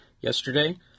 yesterday